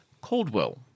Caldwell